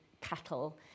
cattle